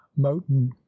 moton